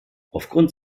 aufgrund